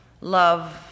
love